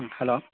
hello